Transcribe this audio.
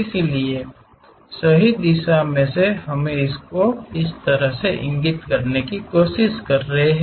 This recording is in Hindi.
इसलिए सही दिशा से हम इसे इस तरह से इंगित करने की कोशिश कर रहे हैं